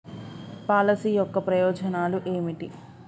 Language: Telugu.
పాలసీ యొక్క ప్రయోజనాలు ఏమిటి?